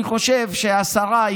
אני חושב שהשרה,